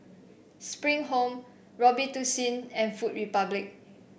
Spring Home Robitussin and Food Republic